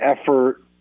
effort